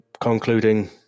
concluding